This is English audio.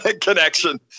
connection